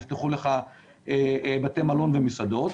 יפתחו לך בתי מלון ומסעדות,